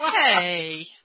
Hey